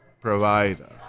provider